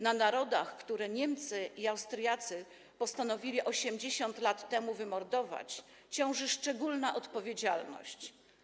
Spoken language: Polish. Na narodach, które Niemcy i Austriacy postanowili 80 lat temu wymordować, ciąży szczególna odpowiedzialność.